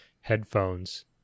headphones